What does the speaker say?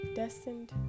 destined